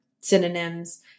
synonyms